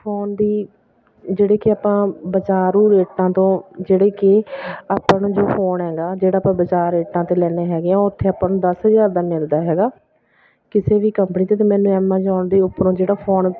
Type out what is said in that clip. phone ਦੀ ਜਿਹੜੇ ਕਿ ਆਪਾਂ ਬਾਜ਼ਾਰੂ ਰੇਟਾਂ ਤੋਂ ਜਿਹੜੇ ਕਿ ਆਪਾਂ ਨੂੰ ਜੋ ਫੋਨ ਹੈਗਾ ਜਿਹੜਾ ਆਪਾਂ ਬਾਜ਼ਾਰ ਰੇਟਾਂ 'ਤੇ ਲੈਂਦੇ ਹੈਗੇ ਹਾਂ ਉਹ ਉੱਥੇ ਆਪਾਂ ਨੂੰ ਦਸ ਹਜ਼ਾਰ ਦਾ ਮਿਲਦਾ ਹੈਗਾ ਕਿਸੇ ਵੀ ਕੰਪਨੀ ਅਤੇ ਮੈਨੂੰ ਐਮਾਜੋਂਨ ਦੇ ਉੱਪਰੋਂ ਜਿਹੜਾ ਫੋਨ